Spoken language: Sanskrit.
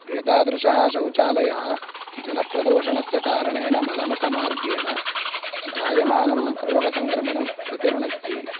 एतादृशः शौचालयः जलप्रदूषणस्य कारणेन मलमुखमार्गेण जायमानं रोगसङ्क्रमणं प्रतिरुणद्धि